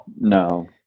No